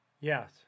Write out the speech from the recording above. Yes